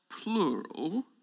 plural